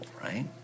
right